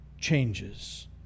changes